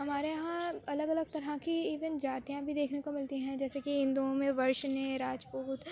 ہمارے یہاں الگ الگ طرح کی ایوین جاتیاں بھی دیکھنے کو ملتی ہیں جیسے کہ ہندوؤں میں ورشنے راج پوت